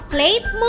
Plate